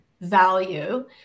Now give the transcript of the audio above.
value